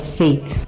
faith